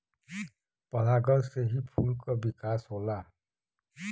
परागण से ही फूल क विकास होला